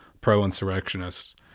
pro-insurrectionists